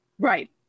right